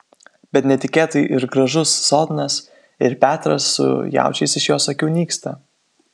bet netikėtai ir gražus sodnas ir petras su jaučiais iš jos akių nyksta